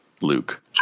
Luke